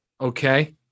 okay